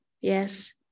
Yes